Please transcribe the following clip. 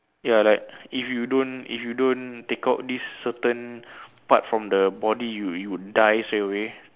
ya like if you don't if you don't take out this certain part from the body you would you would die straight away